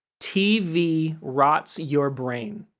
tv rots your brain.